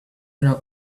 know